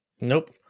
Nope